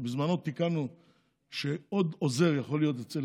בזמנו תיקנו שעוד עוזר יכול להיות אצל